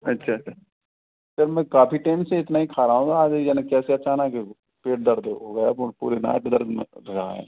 अच्छा sir sir मैं काफ़ी टाइम से इतना ही खा रहा हूँ आज यानी कैसे अचानक पेट दर्द हो गया पूरी रात दर्द में रहा है